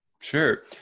Sure